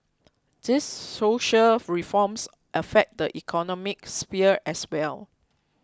these social reforms affect the economic sphere as well